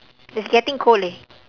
it's getting cold leh